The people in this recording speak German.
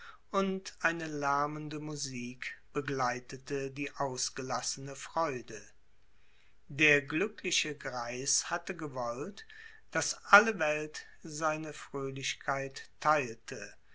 und eine lärmende musik begleitete die ausgelassene freude der glückliche greis hatte gewollt daß alle welt seine fröhlichkeit teilte